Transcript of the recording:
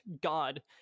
God